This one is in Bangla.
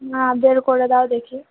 না বের করে দাও দেখি